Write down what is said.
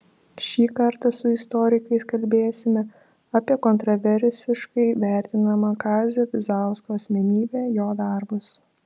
šį kartą su istorikais kalbėsime apie kontraversiškai vertinamą kazio bizausko asmenybę jo darbus